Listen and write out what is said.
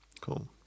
Cool